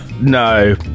no